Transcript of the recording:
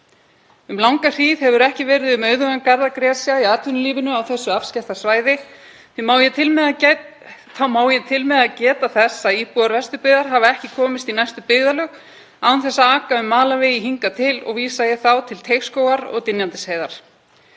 Um langa hríð hefur ekki verið um auðugan garð að gresja í atvinnulífinu á þessu afskekkta svæði. Því má ég til með að geta þess að íbúar Vesturbyggðar hafa ekki komist í næstu byggðarlög án þess að aka um malarvegi hingað til og vísa ég þá til Teigsskógar og Dynjandisheiðar.